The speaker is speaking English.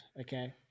Okay